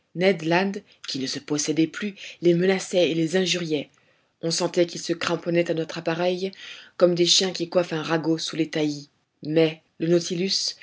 qui ne se possédait plus les menaçait et les injuriait on sentait qu'ils se cramponnaient à notre appareil comme des chiens qui coiffent un ragot sous les taillis mais le nautilus